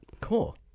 Cool